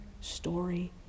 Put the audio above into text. story